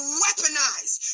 weaponized